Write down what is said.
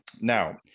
Now